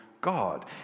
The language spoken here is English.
God